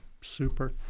Super